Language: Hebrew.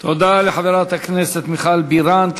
תודה לחברת הכנסת מיכל בירן.